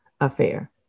affair